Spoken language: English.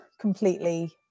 completely